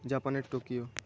জাপানের টোকিও